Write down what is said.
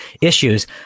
issues